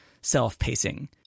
self-pacing